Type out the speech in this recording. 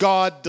God